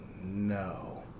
no